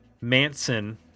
Manson